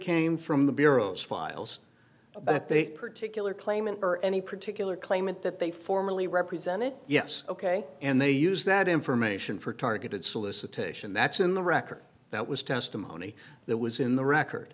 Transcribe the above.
came from the bureau's files but they particular claimant or any particular claimant that they formerly represented yes ok and they use that information for targeted solicitation that's in the record that was testimony that was in the record